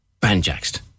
banjaxed